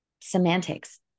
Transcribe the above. semantics